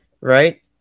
right